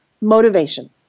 motivation